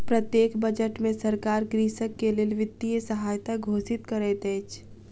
प्रत्येक बजट में सरकार कृषक के लेल वित्तीय सहायता घोषित करैत अछि